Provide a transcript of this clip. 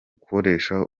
gukoresha